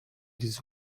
this